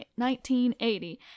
1980